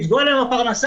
לפגוע להם בפרנסה?